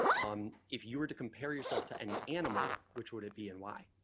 um if you were to compare yourself to any animal which would it be and why